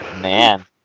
Man